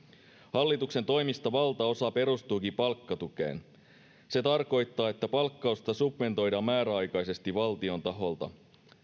hallituksen toimista valtaosa perustuukin palkkatukeen se tarkoittaa että palkkausta subventoidaan määräaikaisesti valtion taholta